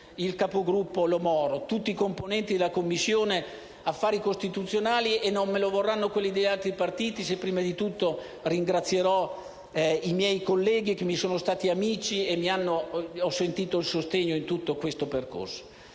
senatrice Lo Moro, e tutti i componenti della Commissione affari costituzionali e non me ne vorranno quelli degli altri partiti se prima di tutto ringrazierò i miei colleghi di partito, che mi sono stati amici e dei quali ho sentito il sostegno in tutto il percorso.